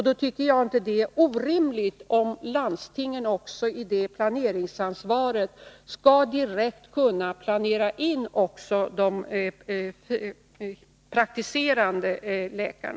Då tycker jag inte att det är orimligt om Nr 146 landstingen också med det planeringsansvaret direkt skall kunna planera in